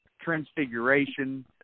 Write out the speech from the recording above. transfiguration